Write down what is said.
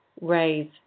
raise